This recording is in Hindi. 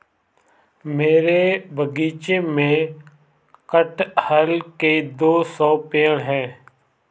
मेरे बगीचे में कठहल के दो सौ पेड़ है